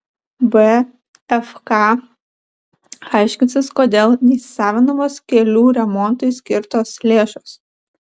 bfk aiškinsis kodėl neįsisavinamos kelių remontui skirtos lėšos